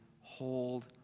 hold